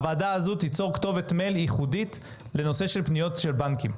הוועדה הזו תיצור כתובת מייל ייחודית לנושא של פניות של בנקים.